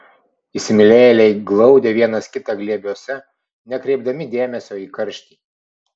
įsimylėjėliai glaudė vienas kitą glėbiuose nekreipdami dėmesio į karštį